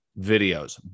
videos